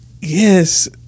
yes